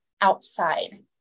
outside